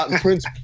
Prince